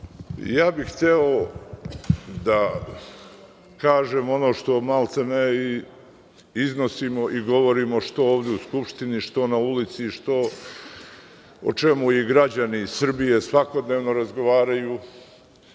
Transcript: ja bih hteo da kažem ono što maltene iznosimo i govorimo, što ovde u Skupštini, što na ulici, o čemu i građani Srbije svakodnevno razgovaraju